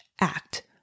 act